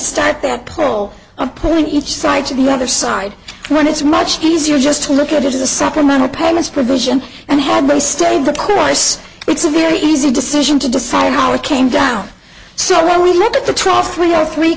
start that poll one point each side to the other side when it's much easier just to look at it as a supplemental payments provision and had me stay the course it's a very easy decision to decide how it came down so when we look at the trial three or three